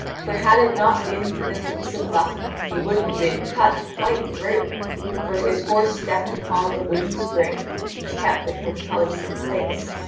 for had it not been for this piece of luck he would have been cut quite through for his horse stepped upon the wooden spring which kept the portcullis in place.